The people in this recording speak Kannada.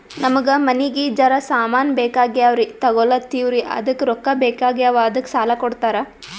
ನಮಗ ಮನಿಗಿ ಜರ ಸಾಮಾನ ಬೇಕಾಗ್ಯಾವ್ರೀ ತೊಗೊಲತ್ತೀವ್ರಿ ಅದಕ್ಕ ರೊಕ್ಕ ಬೆಕಾಗ್ಯಾವ ಅದಕ್ಕ ಸಾಲ ಕೊಡ್ತಾರ?